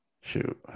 Shoot